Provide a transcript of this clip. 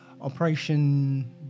Operation